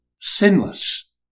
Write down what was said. Sinless